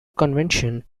convention